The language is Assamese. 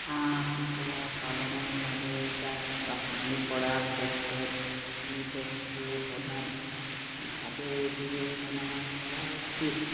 হাঁহ কুকুৰা পালনৰ বাবে জাত বাছনি কৰা ক্ষেত্ৰত কি কি বস্তু প্ৰধানভাৱে বিবেচনা কৰা উচিত